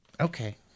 okay